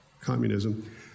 communism